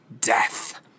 death